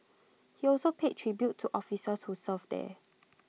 he also paid tribute to officers who served there